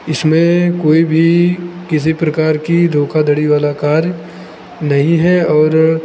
इसमें कोई भी किसी प्रकार की धोखाधड़ी वाला कार्य नहीं है और